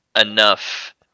enough